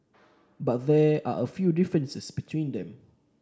but there are a few differences between them